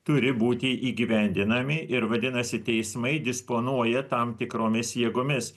turi būti įgyvendinami ir vadinasi teismai disponuoja tam tikromis jėgomis